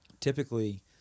typically